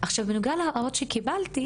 עכשיו בנוגע להוראות שקיבלתי,